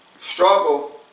Struggle